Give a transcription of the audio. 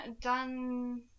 done